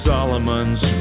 Solomon's